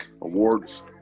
awards